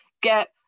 get